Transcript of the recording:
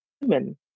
human